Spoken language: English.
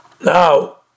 Now